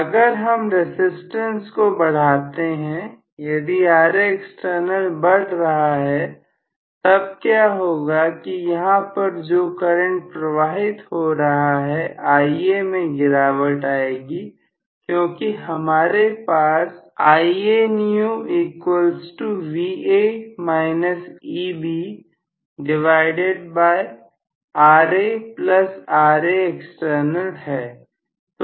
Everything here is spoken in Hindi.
अगर हम रसिस्टेंस को बढ़ाते हैं यदि Ra एक्सटर्नल बढ़ रहा है तब क्या होगा कि यहां पर जो करंट प्रवाहित हो रहा है Ia में गिरावट आएगी क्योंकि हमारे पास है